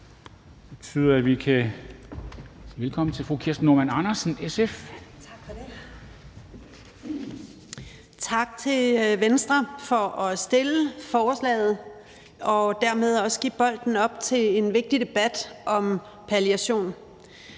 Andersen, SF. Kl. 10:38 (Ordfører) Kirsten Normann Andersen (SF): Tak til Venstre for at fremsætte forslaget og dermed også give bolden op til en vigtig debat om palliation.